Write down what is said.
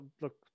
look